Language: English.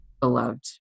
beloved